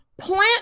plant